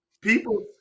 People